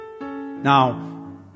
Now